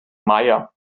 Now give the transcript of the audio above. meier